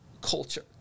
culture